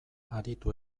aritu